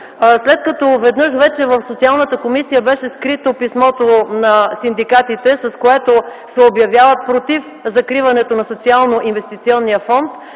Веднъж вече в Социалната комисия беше скрито писмото на синдикатите, с което се обявяват против закриването на Социалноинвестиционния фонд,